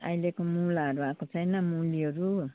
अहिलेको मुलाहरू आएको छैन मुलीहरू